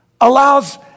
allows